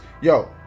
Yo